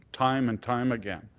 time and time again.